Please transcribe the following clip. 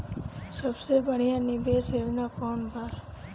सबसे बढ़िया निवेश योजना कौन बा?